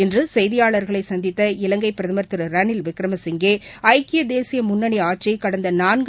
இன்றுசெய்தியாளர்களைசந்தித்த இலங்கைபிரதமர் ரணில்விக்கிரமசிங்கே ஐக்கியதேசியமுன்னணிஆட்சிகடந்தநான்கு